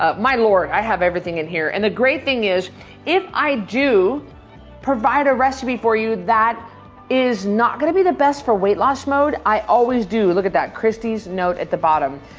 ah my lord, i have everything in here. and the great thing is if i do provide a recipe for you that is not gonna be the best for weight-loss mode, i always do, look at that, cristy's note at the bottom,